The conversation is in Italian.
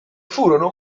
furono